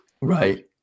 Right